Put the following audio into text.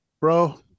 Bro